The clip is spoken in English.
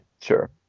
Sure